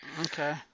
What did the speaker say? Okay